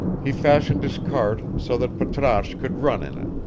he fashioned his cart so that patrasche could run in it,